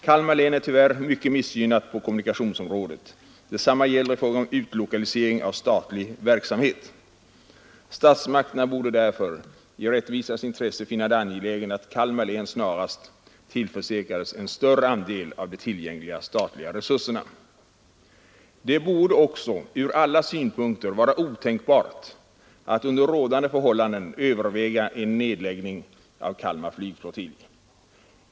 Kalmar län är tyvärr mycket missgynnat på kommunikationsområdet. Detsamma gäller i fråga om utlokalisering av statlig verksamhet. Statsmakterna borde därför i rättvisans intresse finna det angeläget att Kalmar län snarast tillförsäkrades en större andel av de tillgängliga statliga resurserna. Det borde också ur alla synpunkter vara otänkbart att under rådande förhållanden överväga en nedläggning av Kalmar flygflottilj.